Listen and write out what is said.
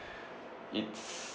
it's